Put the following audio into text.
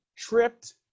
Tripped